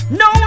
no